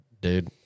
dude